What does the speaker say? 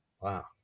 Wow